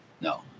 No